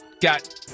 got